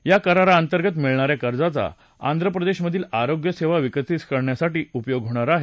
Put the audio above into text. या कराराअंतर्गत मिळणा या कर्जाचा आंध्रप्रदेशमधील आरोग्य सेवा विकसित करण्यासाठी उपयोग केला जाणार आहे